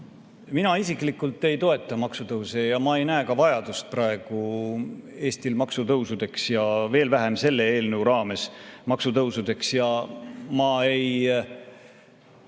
Mina isiklikult ei toeta maksutõuse. Ma ei näe ka vajadust praegu Eestil maksutõusudeks ja veel vähem selle eelnõu raames maksutõusudeks. Ja ma ei